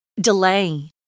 Delay